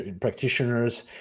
practitioners